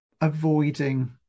avoiding